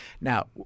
Now